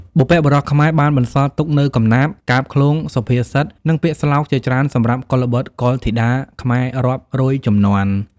បុព្វបុរសខ្មែរបានបន្សល់ទុកនូវកំណាព្យ កាបឃ្លោង សុភាសិត និងពាក្យស្លោកជាច្រើនសម្រាប់កុលបុត្រកុលធីតាខ្មែររាប់រយជំនាន់។